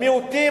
למיעוטים,